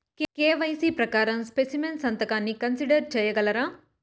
KYC ప్రకారం specimen సంతకాన్ని consider సేయగలరా?